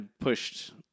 pushed